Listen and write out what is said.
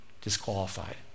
disqualified